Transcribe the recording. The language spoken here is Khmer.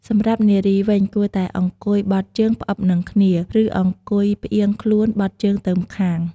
សម្រាប់នារីវិញ គួរតែអង្គុយបត់ជើងផ្អឹបនឹងគ្នា ឬអង្គុយផ្អៀងខ្លួនបត់ជើងទៅម្ខាង។